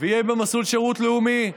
ויהיה במסלול שירות לאומי,